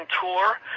tour